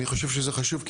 אני חושב שזה חשוב,